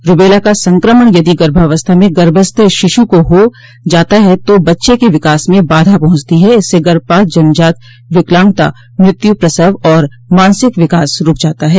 rubella का संक्रमण यदि गर्भावस्था में गर्भस्थ शिशू को हो जाता है तो बच्चे के विकास में बाधा पहुंचती है इससे गर्भपात जन्मजात विकलांगता मृत्यु प्रसव और मानसिक विकास रूक जाता है